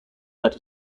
that